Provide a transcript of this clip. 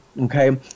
okay